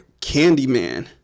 Candyman